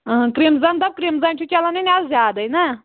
ٲں کِرٛمزن دَپ کِرٛمزن چھُ چلان وۅنۍ اَز زیادے نا